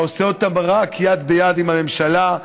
אתה עושה אותם רק יד ביד עם הממשלה,